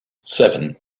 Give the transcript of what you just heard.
seven